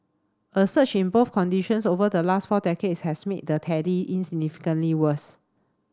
a surge in both conditions over the last four decades has made the tally insignificantly worse